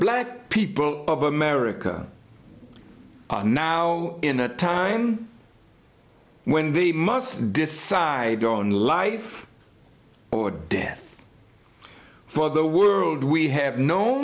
black people of america now in a time when they must decide their own life or death for the world we have kno